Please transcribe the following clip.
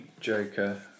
Joker